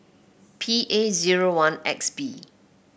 P A zero one X B